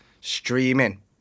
streaming